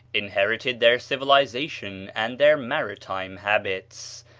inherited their civilization and their maritime habits,